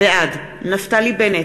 בעד נפתלי בנט,